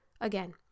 Again